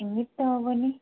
ଏମିତି ତ ହେବନି